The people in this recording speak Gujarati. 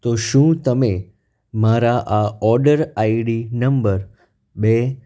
તો શું તમે મારા આ ઓડર આઈડી નંબર બે